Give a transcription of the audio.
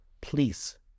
please